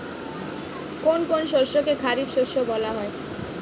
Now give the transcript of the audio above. কোন কোন শস্যকে খারিফ শস্য বলা হয়?